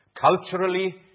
Culturally